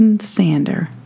Sander